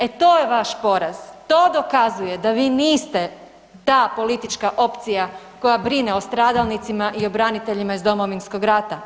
E to je vaš poraz, to dokazuje da vi niste ta politička opcija koja brine o stradalnicima i o braniteljima iz Domovinskog rata.